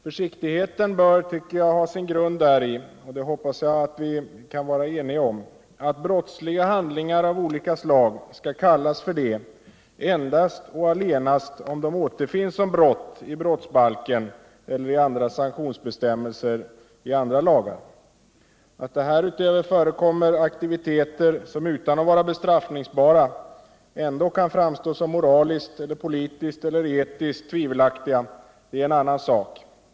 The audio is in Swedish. Försiktigheten bör, tycker jag, ha sin grund däri — och det hoppas jag att det råder allmän enighet om — att brottsliga handlingar av olika slag skall kallas för det endast och allenast om de återfinns som brott i brottsbalken eller i sanktionsbestämmelser i andra lagar. Att det härutöver förekommer aktiviteter som utan att vara bestraffningsbara ändå kan framstå som moraliskt eller politiskt eller etiskt tvivelaktiga är en annan sak.